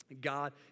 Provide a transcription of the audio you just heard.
God